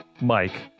mike